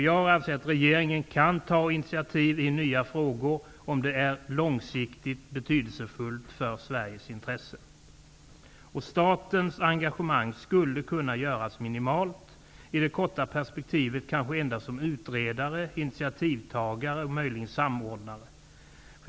Jag anser att regeringen kan ta initiativ i nya frågor om det är långsiktigt betydelsefullt för Sveriges intresse. Statens engagemang skulle kunna göras minimalt. I det korta perspektivet kanske staten endast skulle vara utredare, initiativtagare och möjligen samordnare.